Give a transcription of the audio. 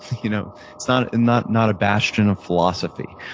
you know it's not and not not a bastion of philosophy.